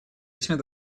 этими